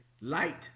light